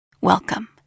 Welcome